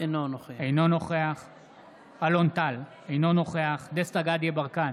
אינו נוכח אלון טל, אינו נוכח דסטה גדי יברקן,